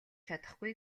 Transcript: чадахгүй